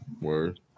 Word